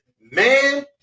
man